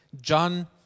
John